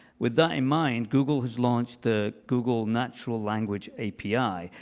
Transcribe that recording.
with that in mind, google has launched the google natural language api,